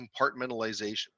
compartmentalization